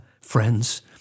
friends